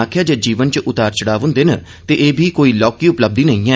आक्खेया जे जीवन च उतार चढ़ाव होंदे न ते एह बी कोई लौहकी उपलब्धि नेई ऐ